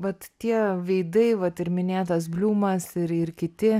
vat tie veidai vat ir minėtas bliumas ir ir kiti